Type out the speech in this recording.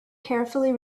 carefully